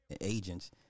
agents